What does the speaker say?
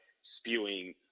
spewing